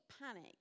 panic